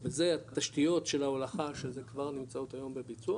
וזה התשתיות של ההולכה של זה כבר נמצאים היום בביצוע